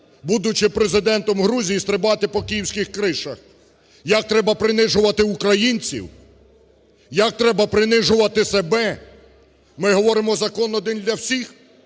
будучи Президентом Грузії, стрибати по київських кришах, як треба принижувати українців, як треба принижувати себе. Ми говоримо закон один для всіх,